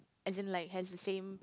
as in like has the same